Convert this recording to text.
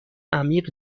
عمیق